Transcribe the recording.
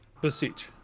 Beseech